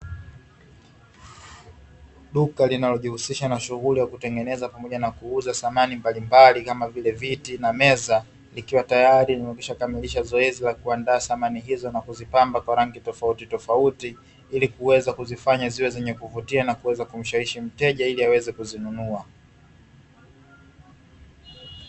Duka linalojihusisha na shughuli ya kutengeneza na kuuza samani mbalimbali kama vile viti na meza likiwa tayari limekamilisha zoezi la kupamba kwa rangi tofauti tofauti ilikuweza kuzifanya ziwe zenye kuvutia na kuzifanya kumshawishi mteja iliaweze kuzinunua.